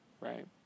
Right